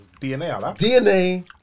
dna